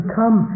come